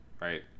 Right